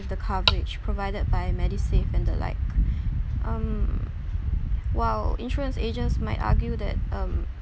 with the coverage provided by medisave and the like um while insurance agents might argue that um